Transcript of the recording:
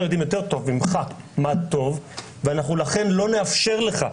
יודעים יותר טוב ממך מה טוב ולכן לא נאפשר לך,